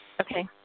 Okay